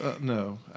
No